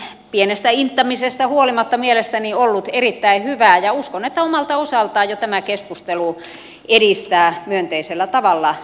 tämä keskustelu on pienestä inttämisestä huolimatta mielestäni ollut erittäin hyvää ja uskon että omalta osaltaan jo tämä keskustelu edistää myönteisellä tavalla perhepolitiikkaa